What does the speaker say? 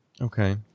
Okay